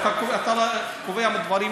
אתה לא מכיר את החוק.